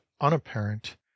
unapparent